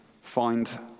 find